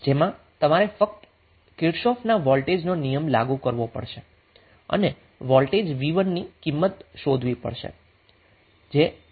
જેમાં તમારે ફક્ત કિર્ચોફનો વોલ્ટેજ નિયમ લાગુ કરવો પડશે અને વોલ્ટેજ v1 ની કિંમત શોધવી પડશે